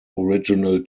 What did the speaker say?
original